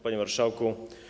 Panie Marszałku!